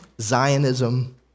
Zionism